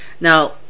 Now